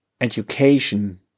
education